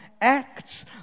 Acts